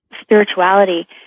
spirituality